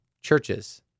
churches